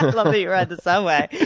i love that you ride the subway.